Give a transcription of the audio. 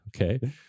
okay